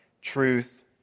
truth